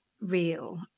real